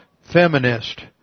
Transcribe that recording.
feminist